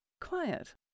Quiet